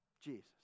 Jesus